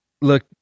Look